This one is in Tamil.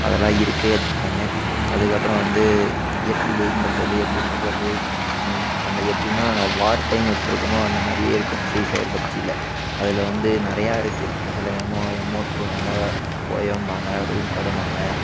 அதெலாம் இருக்குது அப்படிம்பாய்ங்க அதுக்கப்புறம் வந்து எப்படி எயிம் பண்ணுறது எப்படி சுடுறது அந்த எப்படின்னா அங்கே வார் டைம் எப்படி இருக்குமோ அந்த மாதிரியே இருக்கும் ஃப்ரீ ஃபயர் பப்ஜியில் அதில் வந்து நிறையா இருக்குது அதில் என்னமோ எம் மோட் போடுவாங்க போயாம்பாங்கள் ரூம் கார்டும்பாங்க